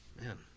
Man